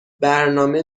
برنامه